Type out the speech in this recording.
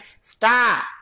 Stop